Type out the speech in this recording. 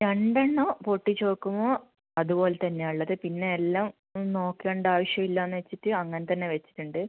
രണ്ട് എണ്ണം പൊട്ടിച്ച് നോക്കുമ്പോൾ അത്പോലെ തന്നെയാണ് ഉള്ളത് പിന്നെ എല്ലാം നോക്കണ്ടത് ആവശ്യം ഇല്ല എന്ന് വച്ചിട്ട് അങ്ങനെത്തന്നെ വച്ചിട്ടുണ്ട്